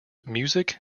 music